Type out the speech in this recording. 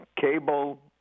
cable